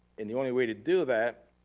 and the only way to do that,